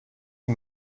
wie